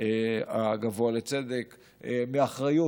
הגבוה לצדק מאחריות